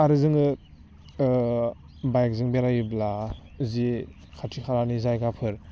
आरो जोङो बाइकजों बेरायोब्ला जि खाथि खालानि जायगाफोर